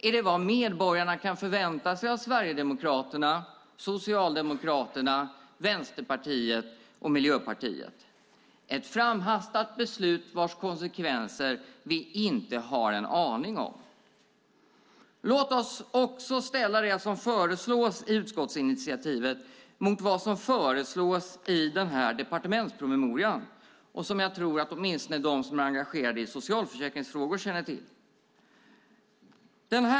Är det som medborgarna kan förvänta sig av Sverigedemokraterna, Socialdemokraterna, Vänsterpartiet och Miljöpartiet ett framhastat beslut vars konsekvenser vi inte har en aning om? Lås oss också ställa det som föreslås i utskottsinitiativet mot vad som föreslås i departementspromemorian, och som jag tror att åtminstone de som är engagerade i socialförsäkringsfrågor känner till.